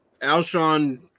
Alshon